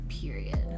period